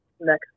next